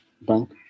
bank